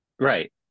Right